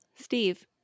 Steve